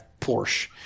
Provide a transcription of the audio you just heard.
Porsche